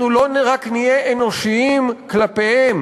אנחנו לא רק נהיה אנושיים כלפיהם,